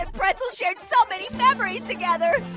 pretzel shared so many memories together,